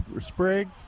sprigs